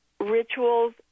rituals